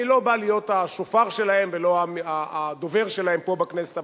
אני לא בא להיות השופר שלהם ולא הדובר שלהם פה בכנסת,